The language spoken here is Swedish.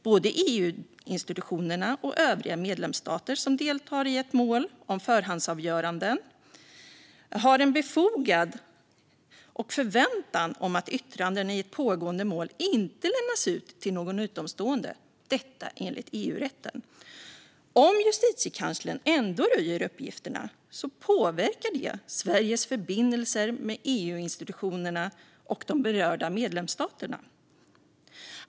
Både EU-institutionerna och övriga medlemsstater som deltar i ett mål om förhandsavgörande har en befogad förväntan om att yttranden i ett pågående mål inte lämnas ut till någon utomstående; detta enligt EU-rätten. Om Justitiekanslern ändå röjer uppgifterna påverkar det Sveriges förbindelser med EU-institutionerna och de berörda medlemsstaterna.